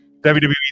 WWE